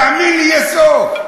תאמין לי, יש סוף.